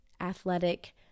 athletic